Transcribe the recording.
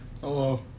Hello